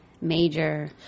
major